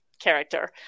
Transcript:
character